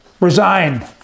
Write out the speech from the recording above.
Resign